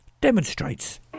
demonstrates